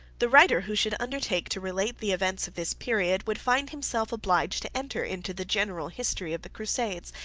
the writer who should undertake to relate the events of this period, would find himself obliged to enter into the general history of the crusades,